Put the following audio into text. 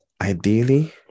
ideally